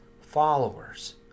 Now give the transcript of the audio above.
followers